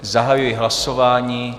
Zahajuji hlasování.